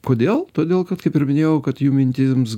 kodėl todėl kad kaip ir minėjau kad jų mintims